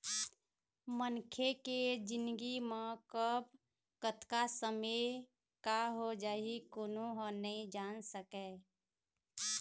मनखे के जिनगी म कब, कतका समे का हो जाही कोनो ह नइ जान सकय